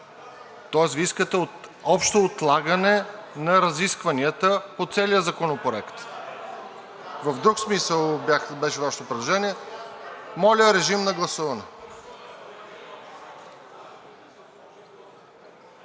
Тоест Вие искате общо отлагане на разискванията по целия законопроект? В друг смисъл беше Вашето предложение. Моля, режим на гласуване.